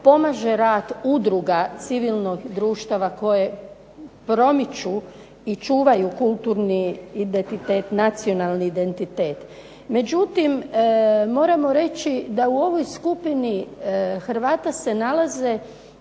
pomaže rad udruga civilnih društava koji promiču i čuvaju nacionalni identitet. Međutim, moramo reći da u ovoj skupini Hrvata se nalaze